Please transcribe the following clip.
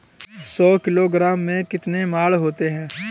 सौ किलोग्राम में कितने मण होते हैं?